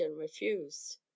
refused